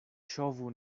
ŝovu